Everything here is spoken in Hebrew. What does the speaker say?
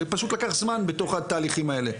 זה פשוט לקח זמן בתוך התהליכים האלה,